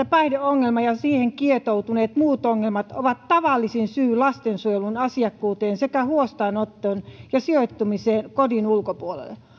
päihdeongelma ja siihen kietoutuneet muut ongelmat ovat tavallisin syy lastensuojelun asiakkuuteen sekä huostaanottoon ja sijoittamiseen kodin ulkopuolelle